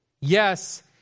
yes